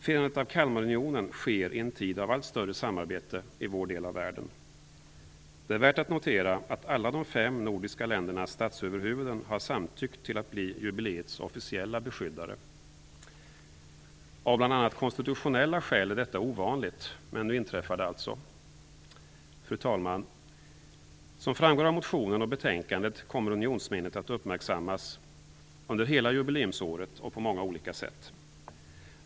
Firandet av Kalmarunionen sker i en tid av allt större samarbete i vår del av världen. Det är värt att notera att alla de fem nordiska ländernas statsöverhuvuden har samtyckt till att bli jubileets officiella beskyddare. Detta är ovanligt bl.a. av konstitutionella skäl, men nu inträffar det alltså. Fru talman! Som framgår av motionen och betänkandet kommer unionsminnet att uppmärksammas under hela jubileumsåret och på många olika sätt.